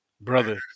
Brother